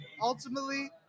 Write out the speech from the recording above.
Ultimately